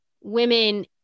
women